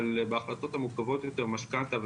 אבל בהחלטות המורכבות יותר משכנתא,